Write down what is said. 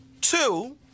two